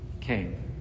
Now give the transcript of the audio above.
came